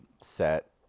set